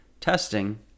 Testing